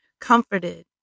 comforted